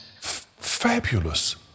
Fabulous